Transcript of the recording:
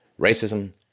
Racism